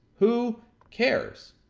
who cares,